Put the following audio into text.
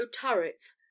turrets